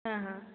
হ্যাঁ হ্যাঁ